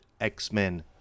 X-Men